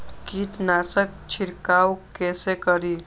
कीट नाशक छीरकाउ केसे करी?